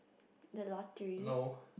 the lottery